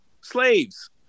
slaves